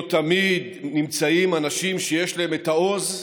"לא תמיד נמצאים אנשים שיש להם את העוז,